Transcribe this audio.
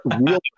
real